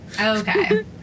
Okay